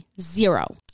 Zero